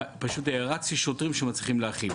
פשוט הערצתי שוטרים שמצליחים להכיל.